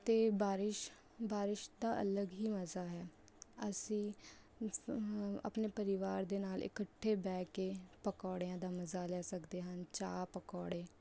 ਅਤੇ ਬਾਰਿਸ਼ ਬਾਰਿਸ਼ ਦਾ ਅਲੱਗ ਹੀ ਮਜ਼ਾ ਹੈ ਅਸੀਂ ਆਪਣੇ ਪਰਿਵਾਰ ਦੇ ਨਾਲ ਇਕੱਠੇ ਬਹਿ ਕੇ ਪਕੌੜਿਆਂ ਦਾ ਮਜ਼ਾ ਲੈ ਸਕਦੇ ਹਨ ਚਾਹ ਪਕੌੜੇ